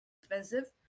expensive